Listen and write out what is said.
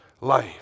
life